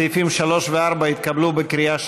סעיפים 3 ו-4 התקבלו בקריאה שנייה.